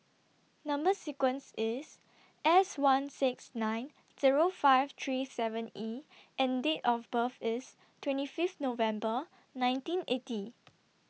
Number sequence IS S one six nine Zero five three seven E and Date of birth IS twenty five November nineteen eighty